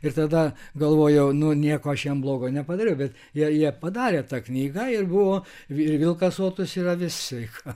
ir tada galvojau nu nieko aš jiem blogo nepadariau bet jei jie padarė tą knygą ir buvo ir vilkas sotus ir avis sveika